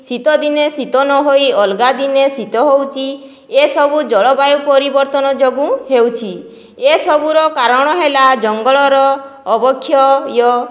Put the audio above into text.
ଶୀତଦିନେ ଶୀତ ନହୋଇ ଅଲଗା ଦିନେ ଶୀତ ହେଉଛି ଏସବୁ ଜଳବାୟୁ ପରିବର୍ତ୍ତନ ଯୋଗୁଁ ହେଉଛି ଏସବୁର କାରଣ ହେଲା ଜଙ୍ଗଳର ଅବକ୍ଷ୍ୟ ୟ